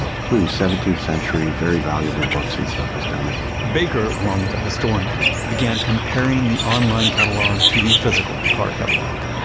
ah including seventeenth century, very valuable books and stuff was down there baker, along with a historian, began comparing the online catalog to the physical card catalog.